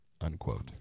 unquote